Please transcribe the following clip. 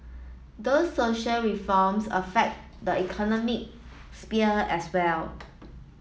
those social reforms affect the economic sphere as well